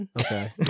Okay